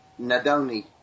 Nadoni